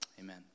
Amen